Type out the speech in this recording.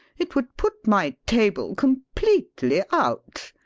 it would put my table completely out.